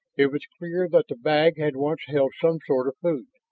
it was clear that the bag had once held some sort of food.